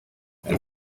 and